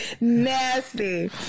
Nasty